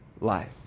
life